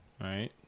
right